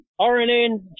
RNA